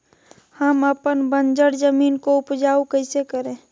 हम अपन बंजर जमीन को उपजाउ कैसे करे?